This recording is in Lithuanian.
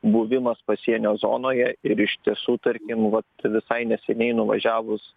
buvimas pasienio zonoje ir iš tiesų tarkim vat visai neseniai nuvažiavus